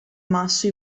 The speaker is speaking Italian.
masso